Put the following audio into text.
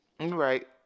Right